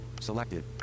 Selected